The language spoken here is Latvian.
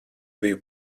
biju